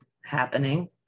happening